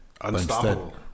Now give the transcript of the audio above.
unstoppable